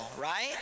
right